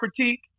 critique